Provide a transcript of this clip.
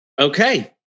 Okay